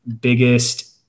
biggest